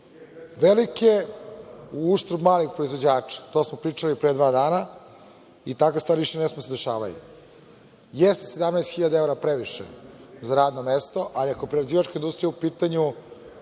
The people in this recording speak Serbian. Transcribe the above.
velike na uštrb malih proizvođača. To smo pričali pre dva dana i takve stvari više ne smeju da se dešavaju. Jeste 17.000 evra previše za radno mesto, ali ako je prerađivačka industrija u pitanju,